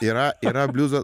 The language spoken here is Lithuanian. yra yra bliuzas